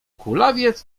kulawiec